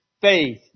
faith